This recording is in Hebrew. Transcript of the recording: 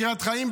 בקריית חיים,